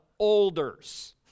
olders